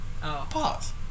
Pause